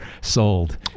sold